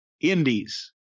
indies